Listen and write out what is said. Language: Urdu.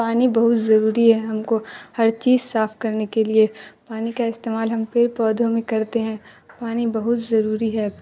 پانی بہت ضروری ہے ہم کو ہر چیز صاف کرنے کے لیے پانی کا استعمال ہم پیڑ پودوں میں کرتے ہیں پانی بہت ضروری ہے